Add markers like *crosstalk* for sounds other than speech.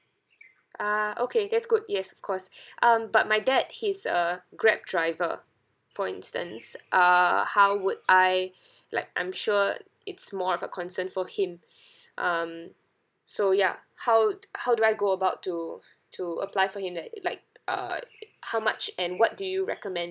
ah okay that's good yes of course *breath* um but my dad he's a grab driver for instance uh how would I *breath* like I'm sure it's more of a concern for him *breath* um so ya how would how do I go about to *breath* to apply for him that i~ like uh it how much and what do you recommend